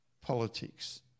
politics